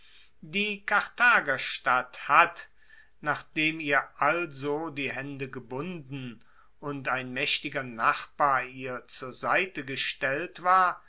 die karthagerstadt hat nachdem ihr also die haende gebunden und ein maechtiger nachbar ihr zur seite gestellt war